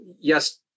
yes